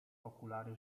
okulary